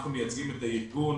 אנחנו מייצגים את הארגון